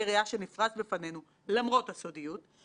אחת הטענות המרכזיות שהושמעו בפנינו היא שאף בנק לא